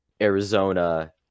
Arizona